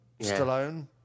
Stallone